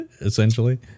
essentially